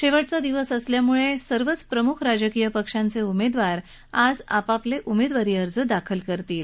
शेवटचा दिवस असल्यामुळे सर्वच प्रमुख राजकीय पक्षांचे उमेदवार आज आपले उमेदवारी अर्ज दाखल करतील